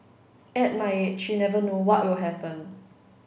at my age you never know what will happen